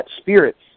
spirits